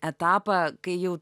etapą kai jau